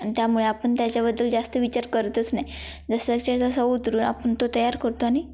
आणि त्यामुळे आपण त्याच्याबद्दल जास्त विचार करतच नाही जसंच्या तसं उतरून आपण तो तयार करतो आणि